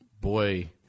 boy